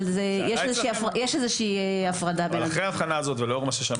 אבל יש איזו שהיא הפרדה בין הדברים.